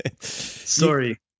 Sorry